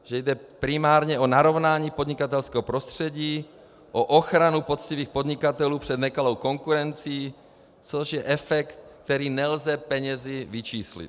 Že jde primárně o narovnání podnikatelského prostředí, o ochranu poctivých podnikatelů před nekalou konkurencí, což je efekt, který nelze penězi vyčíslit.